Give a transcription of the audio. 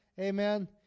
Amen